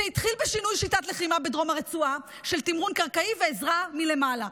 זה התחיל בשינוי שיטת לחימה בדרום הרצועה של תמרון קרקעי ועזרה מלמעלה.